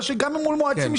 בטח לא בממשלתית,